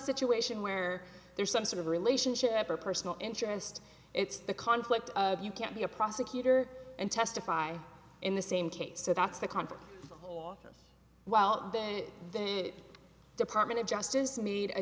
situation where there's some sort of relationship or personal interest it's the conflict of you can't be a prosecutor and testify in the same case so that's the conflict well then the department of justice made a